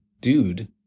dude